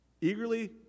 Eagerly